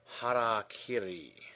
Harakiri